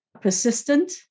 persistent